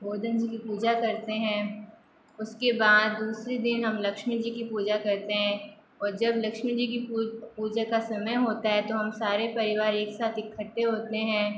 गोवर्धन जी की पूजा करते हैं उसके बाद दूसरे दिन हम लक्ष्मी जी की पूजा करते हैं और जब लक्ष्मी जी की पू पूजा का समय होता है तो हम सारे परिवार एक साथ इकट्ठे होते हैं